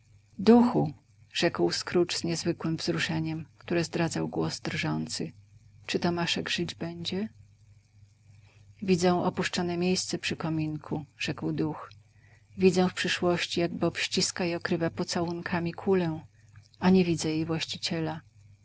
duchu rzeki scrooge z niezwykłem wzruszeniem które zdradzał głos drżący czy tomaszek żyć będzie widzę opuszczone miejsce przy kominku rzekł duch widzę w przyszłości jak bob ściska i okrywa pocałunkami kulę a nie widzę jej właściciela